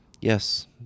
Yes